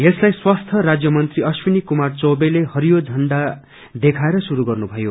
यसलाई स्वास्थ्य मंत्री अश्वनी कुमार चौबेले हरियो झण्डी देखाएर शुरू गर्नुभयो